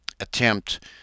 attempt